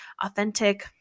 authentic